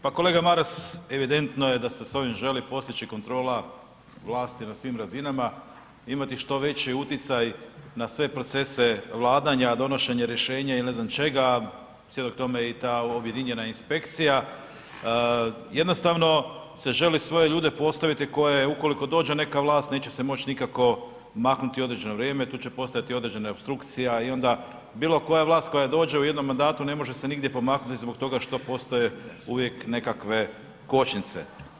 Pa kolega Maras, evidentno je da se sa ovim želi postići kontrola vlasti na svim razinama, imati što veći utjecaj na sve procese vladanja, donošenje rješenja ili ne znam čega, svjedok tome je i ta objedinjena inspekcija, jednostavno se želi svoje ljude postaviti koje ukoliko dođe neka vlast, neće se moći nikako maknuti određeno vrijeme, tu će postojati određene opstrukcije i onda bilokoja vlast koja dođe u jednom mandatu ne može se nigdje pomaknuti zbog toga što postoje uvijek nekakve kočnice.